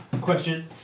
Question